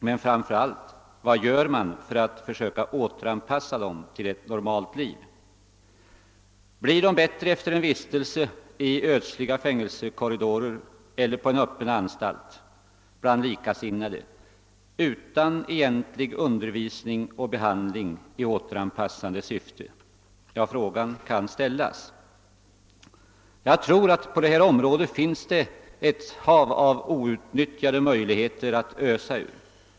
Men framför allt, vad gör man för att försöka återanpassa dem till ett normalt liv? Blir de bättre efter en vistelse i ödsliga fängelsekorridorer eller på en öppen anstalt bland likasinnade utan egentlig undervisning och behandling i återanpassande syfte? Frågorna kan ställas. Jag tror att det på detta område finns ett hav av outnyttjade möjligheter att ösa ur.